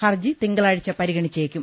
ഹർജി തിങ്കളാഴ്ച പരിഗണിച്ചേക്കും